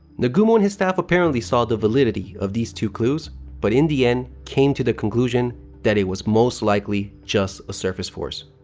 nagumo and his staff apparently saw the validity of these two clues but in the end, came to the conclusion that it was most likely just a surface force.